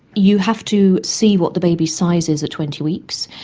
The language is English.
you have to see what the baby's size is at twenty weeks,